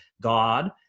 God